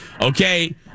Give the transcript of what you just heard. Okay